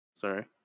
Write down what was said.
Sorry